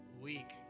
week